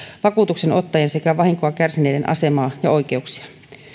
vakuutuksenottajien sekä vahinkoa kärsineiden asemaa ja oikeuksia